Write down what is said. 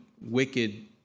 wicked